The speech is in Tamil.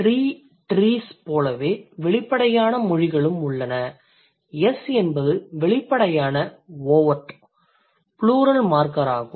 tree trees போலவே வெளிப்படையான மொழிகளும் உள்ளன s என்பது வெளிப்படையானஓவர்ட் ப்ளூரல் மார்க்கராகும்